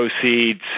proceeds